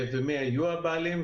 מי היו הבעלים,